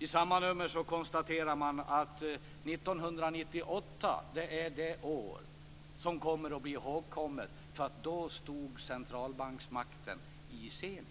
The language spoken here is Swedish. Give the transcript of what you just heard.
I samma nummer konstateras att 1998 är det år som kommer att bli ihågkommet som det år då centralbanksmakten stod i zenit.